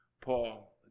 Paul